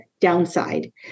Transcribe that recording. downside